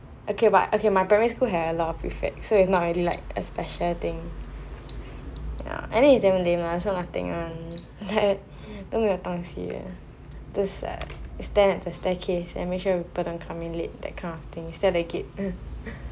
okay but my primary school had a lot of prefects so it's not really like a special thing ya anyway it's damn lame one so nothing one then 都没有东西的 those ah you stand at the staircase and make sure people don't come in late that kind of thing stand at the gate